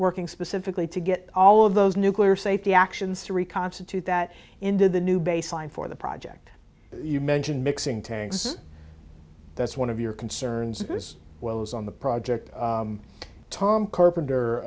working specifically to get all of those nuclear safety actions to reconstitute that into the new baseline for the project you mentioned mixing tags that's one of your concerns as well as on the project tom carpenter